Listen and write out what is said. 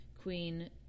Queen